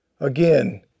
Again